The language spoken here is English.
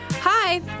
Hi